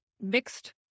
mixed